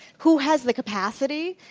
who has the capacity,